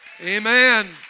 Amen